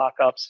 lockups